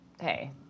hey